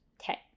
Okay